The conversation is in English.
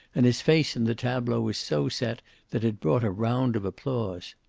and his face in the tableau was so set that it brought a round of applause.